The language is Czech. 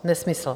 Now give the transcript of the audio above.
Nesmysl!